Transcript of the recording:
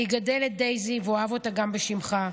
אני אגדל את דייזי ואוהב אותה גם בשמך.